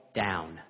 down